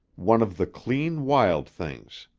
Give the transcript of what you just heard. one of the clean, wild things.